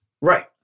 Right